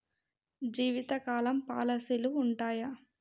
జీవితకాలం పాలసీలు ఉంటయా?